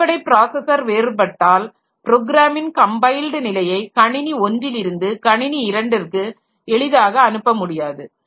அடிப்படை ப்ராஸஸர் வேறுபட்டால் ப்ரோக்ராமின் கம்பைல்ட் நிலையை கணினி ஒன்றிலிருந்து கணினி இரண்டிற்கு எளிதாக அனுப்ப முடியாது